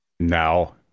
now